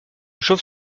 chauve